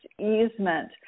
easement